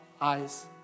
eyes